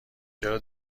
چرا